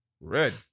red